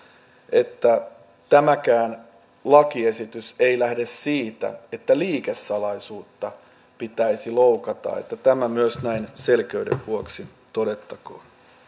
että tämäkään lakiesitys ei lähde siitä että liikesalaisuutta pitäisi loukata että tämä myös näin selkeyden vuoksi todettakoon